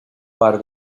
par